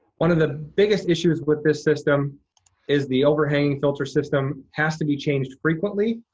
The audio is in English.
one of the biggest issues with this system is the overhanging filter system has to be changed frequently.